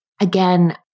Again